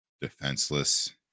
defenseless